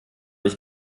ich